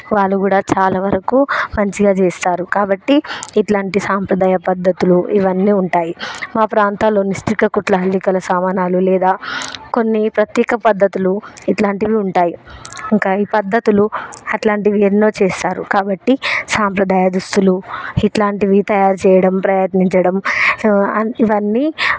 వాళ్ళు కూడా చాలా వరకు మంచిగా చేస్తారు కాబట్టి ఇలాంటి సాంప్రదాయ పద్ధతులు ఇవన్నీ ఉంటాయి మా ప్రాంతంలో నిష్టిత కుట్ల అల్లికల సమానాలు లేదా కొన్ని ప్రత్యేక పద్ధతులు ఇలాంటివి ఉంటాయి ఇంకా ఈ పద్ధతులు అలాంటివి ఎన్నో చేస్తారు కాబట్టి సాంప్రదాయ దుస్తులు ఇలాంటివి తయారు చేయడం ప్రయత్నించడం సో ఇవన్నీ